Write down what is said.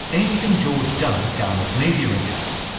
anything george does garners media interest,